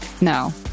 No